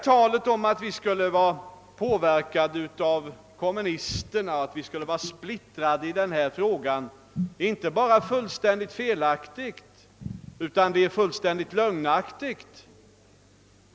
Talet om att vi skulle vara påverkade av kommunisterna och att vi skulle vara splittrade i denna fråga är inte bara felaktigt utan fullständigt lögnaktigt.